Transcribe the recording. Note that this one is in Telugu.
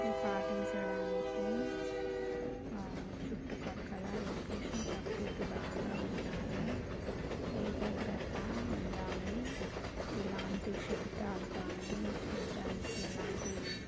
ఇవి పాటించడానికి చుట్టూ పక్కల లొకేషన్ ప్రకృతి బాగా ఉండాలి ఏకాగ్రతా ఉండాలి ఎలాంటి శబ్దాలు గానీ చూడడానికి ఎలాంటి